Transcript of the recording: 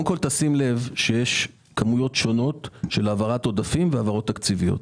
שים לב שיש כמויות שונות של העברת עודפים והעברות תקציביות.